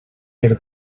per